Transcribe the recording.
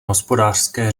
hospodářské